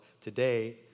today